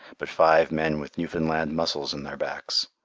but five men with newfoundland muscles in their backs,